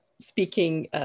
speaking